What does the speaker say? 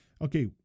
Okay